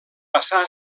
passà